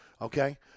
Okay